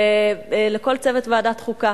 ולכל צוות ועדת חוקה,